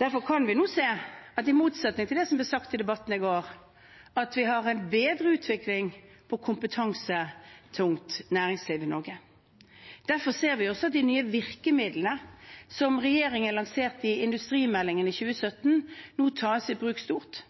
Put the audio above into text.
Derfor kan vi nå se at i motsetning til det som ble sagt i debatten i går, har vi en bedre utvikling innen kompetansetungt næringsliv i Norge. Derfor ser vi også at de nye virkemidlene som regjeringen lanserte i industrimeldingen i 2017, nå tas i bruk i stort.